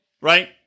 right